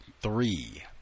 three